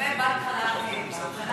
לגבי בנק חלב אם.